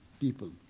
people